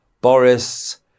Boris